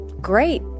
great